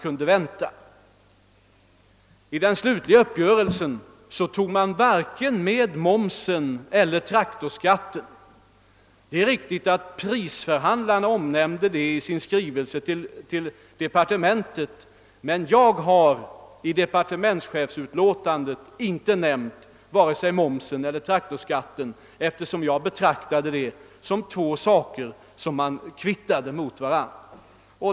Vid den slutliga uppgörelsen tog man sedan inte med vare sig momsen eller traktorskatten. Det är riktigt att prisförhandlarna omnämnde momsen i sin skrivelse till departementet, men jag har i departementschefens uttalande inte berört vare sig momsen eller traktorskatten, eftersom jag betraktade de båda sakernå som kvittade mot varandra.